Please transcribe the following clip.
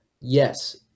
Yes